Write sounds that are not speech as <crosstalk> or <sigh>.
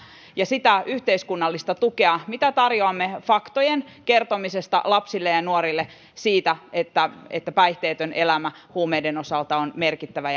ja sitä yhteiskunnallista tukea mitä tarjoamme faktojen kertomiseen lapsille ja ja nuorille siitä että että päihteetön elämä huumeiden osalta on merkittävä <unintelligible>